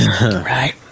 Right